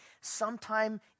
Sometime